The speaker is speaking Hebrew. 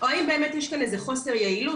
או האם באמת יש כאן איזה חוסר יעילות,